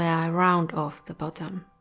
i round off the bottom.